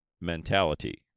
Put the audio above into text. mentality